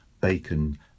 bacon